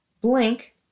Blink